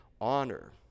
honor